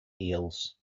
eels